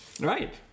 Right